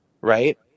right